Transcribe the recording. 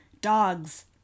dogs